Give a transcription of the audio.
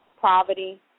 poverty